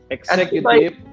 Executive